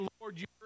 Lord